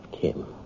Kim